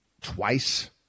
twice